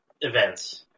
events